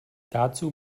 dazu